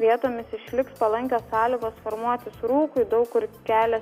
vietomis išliks palankios sąlygos formuotis rūkui daug kur kelias